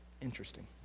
Interesting